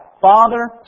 Father